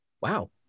Wow